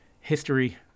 history